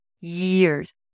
years